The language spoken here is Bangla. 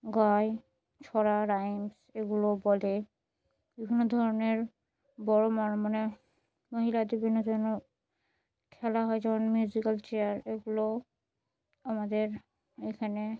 গাই ছড়া রাইমস এগুলো বলে বিভিন্ন ধরনের বড়ো মানে মহিলাদের বিভিন্ন ধনের খেলা হয় যেমন মিউজিক্যাল চেয়ার এগুলো আমাদের এখানে